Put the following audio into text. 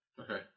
Okay